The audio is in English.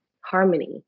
harmony